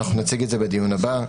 ואנחנו נציג את זה בדיון הבא,